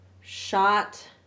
shot